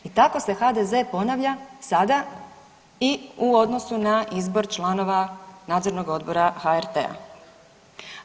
I tako se HDZ ponavlja sada i u odnosu na izbor članova nadzornog odbora HRT-a.